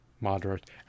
moderate